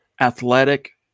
athletic